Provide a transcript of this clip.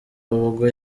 ubwo